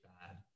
bad